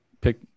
pick